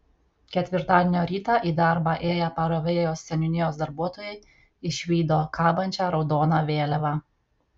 ketvirtadienio rytą į darbą ėję parovėjos seniūnijos darbuotojai išvydo kabančią raudoną vėliavą